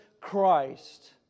Christ